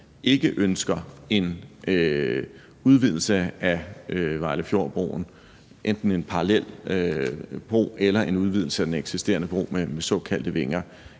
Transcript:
ikke ønsker en udvidelse af Vejlefjordbroen, enten ved en parallel bro eller en udvidelse af den eksisterende bro med såkaldte vinger,